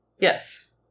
Yes